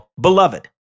beloved